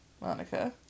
Monica